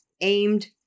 aimed